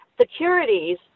securities